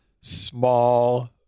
small